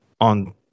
on